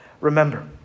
remember